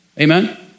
Amen